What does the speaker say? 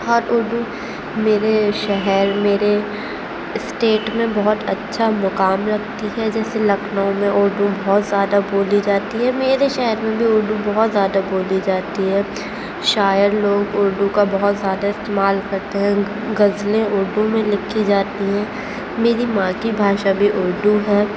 اور اردو میرے شہر میرے اسٹیٹ میں بہت اچھا مقام رکھتی ہے جیسے لکھنؤ میں اردو بہت زیادہ بولی جاتی ہے میرے شہر میں بھی اردو بہت زیادہ بولی جاتی ہے شاعر لوگ اردو کا بہت زیادہ استعمال کرتے ہیں غزلیں اردوں میں لکھی جاتی ہیں میری ماں کی بھاشا بھی اردو ہے